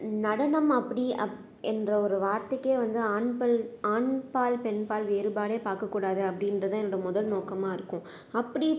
நடனம் அப்படி அப் என்ற ஒரு வார்தைக்கு வந்து ஆண்பல் ஆண்பால் பெண்பால் வேறுபாடு பார்க்கக்கூடாது அப்டின்றதை இந்த முதல் நோக்கமாக இருக்கும் அப்படி